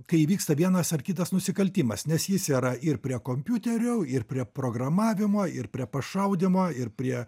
kai vyksta vienas ar kitas nusikaltimas nes jis yra ir prie kompiuterio ir prie programavimo ir prie pašaudymo ir prie